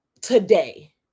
today